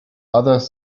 others